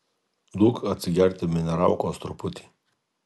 duok atsigerti mineralkos truputį